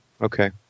Okay